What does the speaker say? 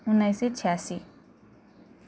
उन्नाइस सय छ्यासी